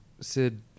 sid